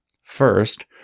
First